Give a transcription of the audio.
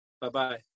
bye-bye